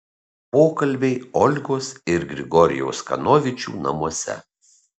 pokalbiai olgos ir grigorijaus kanovičių namuose